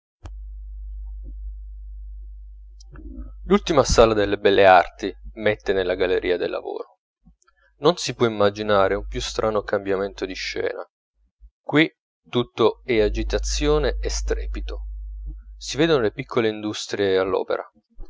l'ultima sala delle belle arti mette nella galleria del lavoro non si può immaginare un più strano cambiamento di scena qui tutto è agitazione e strepito si vedono le piccole industrie all'opera